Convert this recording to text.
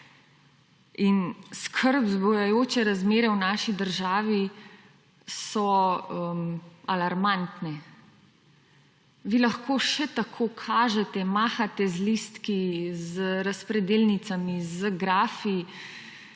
In skrb vzbujajoče razmere v naši državi so alarmantne. Vi lahko še tako kažete, mahate z listki, z razpredelnicami, z grafi,